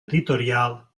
editorial